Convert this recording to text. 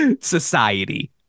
Society